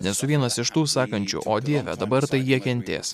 nesu vienas iš tų sakančių o dieve dabar tai jie kentės